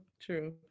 True